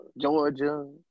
Georgia